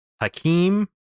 Hakeem